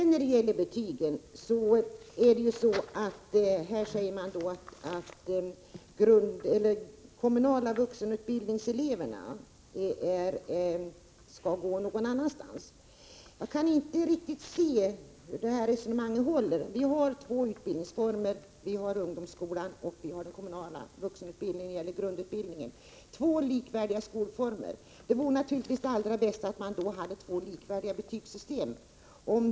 När det gäller betygen säger man att elever i den kommunala vuxenutbildningen skall gå någon annanstans. Detta resonemang håller inte. Vi har två grundutbildningsformer — ungdomsskolan och den kommunala vuxenutbildningen — som är två likvärdiga skolformer. Det allra bästa vore naturligtvis om man hade två likvärdiga betygssystem.